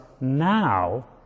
now